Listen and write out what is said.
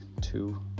two